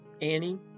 Annie